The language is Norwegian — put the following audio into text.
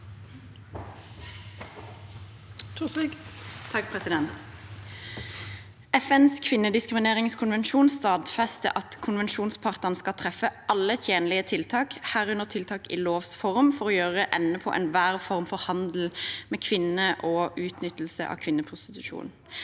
FNs kvin- nediskrimineringskonvensjon stadfester at konvensjonspartene skal treffe alle tjenlige tiltak, herunder tiltak i lovs form, for å gjøre ende på enhver form for handel med kvinner og utnyttelse av kvinneprostitusjon.